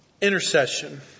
intercession